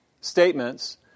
statements